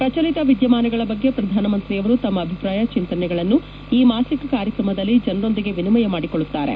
ಪ್ರಚಲಿತ ವಿದ್ಯಮಾನಗಳ ಬಗ್ಗೆ ಪ್ರಧಾನಮಂತ್ರಿಯವರು ತಮ್ಮ ಅಭಿಪ್ರಾಯ ಚಿಂತನೆಗಳನ್ನು ಈ ಮಾಸಿಕ ಕಾರ್ಯಕ್ರಮದಲ್ಲಿ ಜನರೊಂದಿಗೆ ವಿನಿಮಯ ಮಾಡಿಕೊಳ್ಳುತ್ತಾರೆ